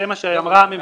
זה מה שאמרה הממשלה.